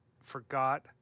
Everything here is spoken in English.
forgot